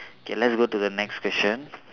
K let's go to the next question